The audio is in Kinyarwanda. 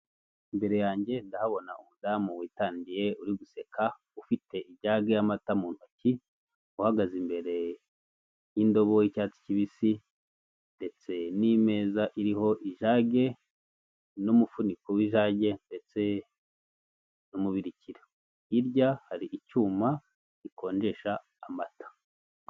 Imbere yanjye ndahabona umudamu witanye uri guseka ufite ijage y'amata mu ntoki, uhagaze imbere y'indobo y'icyatsi kibisi ndetse n'ameza ariho ijage n'umufuniko w'izage, ndetse n'umubirikira hirya hari icyuma gikonjesha amata.